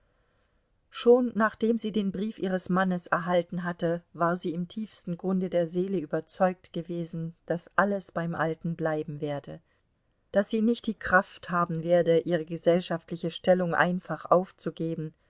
schon nachdem sie den brief ihres mannes erhalten hatte war sie im tiefsten grunde der seele überzeugt gewesen daß alles beim alten bleiben werde daß sie nicht die kraft haben werde ihre gesellschaftliche stellung einfach aufzugeben